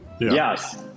Yes